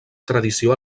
tradició